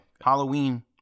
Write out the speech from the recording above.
Halloween